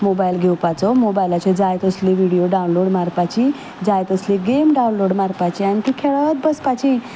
mobile घेवपाचो मोबायलाचेर जाय तसली व्हिडियो डाउलॉड मारपाची जाय तसली गेम डाउनलॉड मारपाची आनी ती खेळत बसपाची